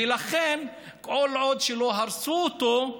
ולכן, כל עוד לא הרסו אותו,